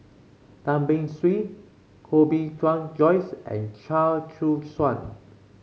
Tan Beng Swee Koh Bee Tuan Joyce and Chia Choo Suan